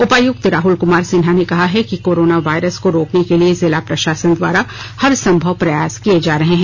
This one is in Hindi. उपायुक्त राहुल कुमार सिन्हा ने कहा है कि कोरोना वायरस को रोकने के लिए जिला प्रशासन द्वारा हर संभव प्रयास किए जा रहे हैं